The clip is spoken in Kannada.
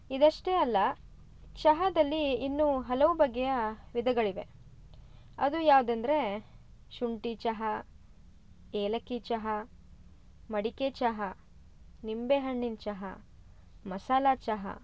ಇದಷ್ಟೆ ಅಲ್ಲ ಚಹಾದಲ್ಲಿ ಇನ್ನು ಹಲವು ಬಗೆಯ ವಿಧಗಳಿವೆ ಅದು ಯಾವ್ದು ಎಂದರೆ ಶುಂಠಿ ಚಹಾ ಏಲಕ್ಕಿ ಚಹಾ ಮಡಿಕೆ ಚಹಾ ನಿಂಬೆ ಹಣ್ಣಿನ ಚಹಾ ಮಸಾಲ ಚಹಾ